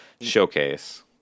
showcase